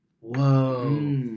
Whoa